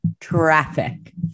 traffic